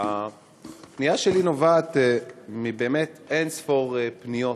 הפנייה שלי נובעת באמת מאין-ספור פניות